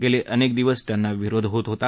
गेले अनेक दिवस त्यांना विरोध होत होता